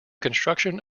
construction